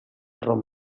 rom